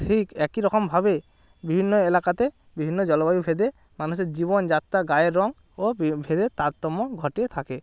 সেই একই রকমভাবে বিভিন্ন এলাকাতে বিভিন্ন জলবায়ুভেদে মানুষের জীবনযাত্রা গায়ের রঙ ও ভেদে তারতম্য ঘটিয়ে থাকে